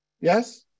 Yes